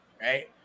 right